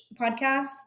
podcast